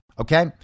Okay